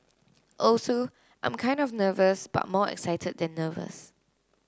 also I'm kind of nervous but more excited than nervous